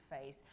phase